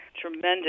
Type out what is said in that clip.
tremendous